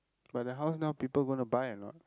but the house now people gonna buy or not